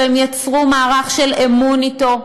והם ייצרו מערך של אמון אתו,